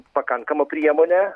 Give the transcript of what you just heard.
pakankama priemonė